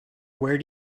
where